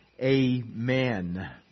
Amen